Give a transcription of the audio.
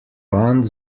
wand